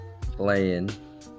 playing